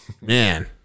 Man